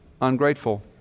ungrateful